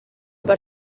per